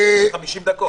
אז זה 50 דקות.